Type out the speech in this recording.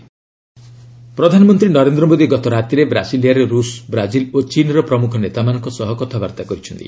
PM bilateral meet ପ୍ରଧାନମନ୍ତ୍ରୀ ନରେନ୍ଦ୍ର ମୋଦି ଗତ ରାତିରେ ବ୍ରାସିଲିଆରେ ରୁଷ ବ୍ରାକିଲ ଓ ଚୀନ୍ର ପ୍ରମୁଖ ନେତାମାନଙ୍କ ସହ କଥାବାର୍ତ୍ତା କହିଛନ୍ତି